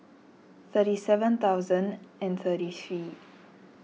thirty seven thousand and thirty three